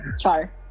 char